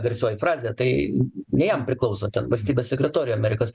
garsioji frazė tai ne jam priklauso ten valstybės sekretorei amerikos